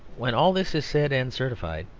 when all this is said and certified,